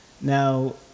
Now